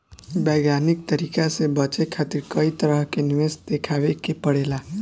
वैज्ञानिक तरीका से बचे खातिर कई तरह के निवेश देखावे के पड़ेला